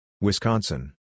Wisconsin